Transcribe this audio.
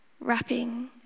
wrapping